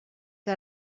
que